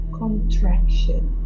contraction